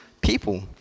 people